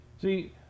See